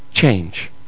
change